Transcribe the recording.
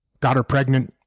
got her pregnant